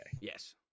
yes